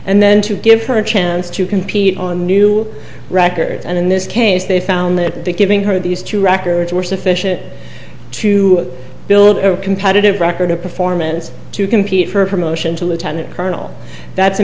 and then to give her a chance to compete on new records and in this case they found that the giving her these two records were sufficient to build a competitive record of performance to compete for promotion to lieutenant colonel that